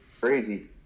crazy